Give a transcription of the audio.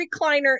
recliner